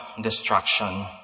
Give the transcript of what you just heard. destruction